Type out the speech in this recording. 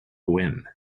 when